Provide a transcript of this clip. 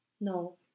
No